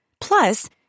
Plus